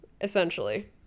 essentially